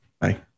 Bye